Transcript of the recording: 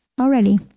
already